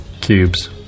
cubes